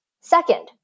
Second